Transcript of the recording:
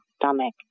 stomach